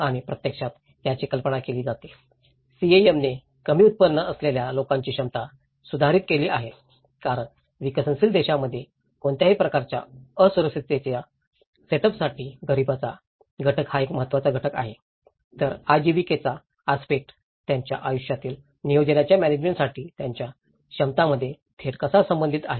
आणि प्रत्यक्षात याची कल्पना केली जाते सीएएम ने कमी उत्पन्न असलेल्या लोकांची क्षमता सुधारित केली आहे कारण विकसनशील देशांमध्ये कोणत्याही प्रकारच्या असुरक्षिततेच्या सेटअपसाठी गरिबीचा घटक हा एक महत्त्वाचा घटक आहे तर आजीविकाचा आस्पेक्टस त्यांच्या आयुष्यातील नियोजनाच्या म्यानेजमेंटासाठी त्यांच्या क्षमतांमध्ये थेट कसा संबंधित आहे